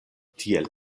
tiel